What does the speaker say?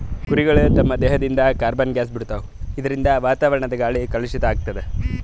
ಕುರಿಗಳ್ ತಮ್ಮ್ ದೇಹದಿಂದ್ ಕಾರ್ಬನ್ ಗ್ಯಾಸ್ ಬಿಡ್ತಾವ್ ಇದರಿಂದ ವಾತಾವರಣದ್ ಗಾಳಿ ಕಲುಷಿತ್ ಆಗ್ತದ್